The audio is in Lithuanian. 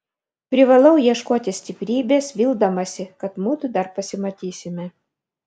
privalau ieškoti stiprybės vildamasi kad mudu dar pasimatysime